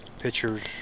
pictures